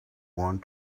want